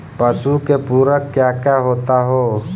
पशु के पुरक क्या क्या होता हो?